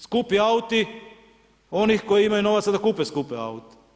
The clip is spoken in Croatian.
Skupi auti onih koji imaju novaca da kupe skupe aute.